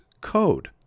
code